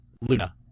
Luna